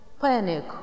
panic